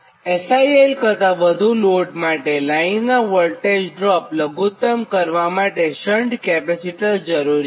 SIL કરતાં વધુ load માટે અને લાઇનનાં વોલ્ટેજ ડ્રોપ લઘુત્ત્મ કરવા માટે શન્ટ કેપેસિટર જરૂરી છે